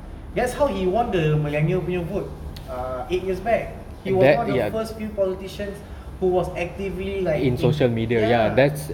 that's how he won the millennial punya vote ah eight years back he was one of the first few politicians who was actively like in